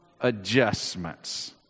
adjustments